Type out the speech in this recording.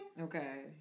Okay